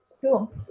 cool